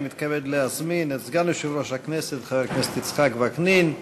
אני מתכבד להזמין את סגן יושב-ראש הכנסת חבר הכנסת יצחק וקנין.